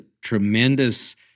tremendous